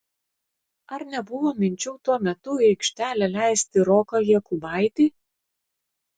ar nebuvo minčių tuo metu į aikštelę leisti roką jokubaitį